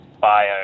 bio